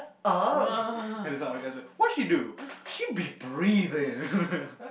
oh be like what she do she be breathing